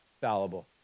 fallible